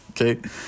okay